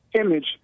image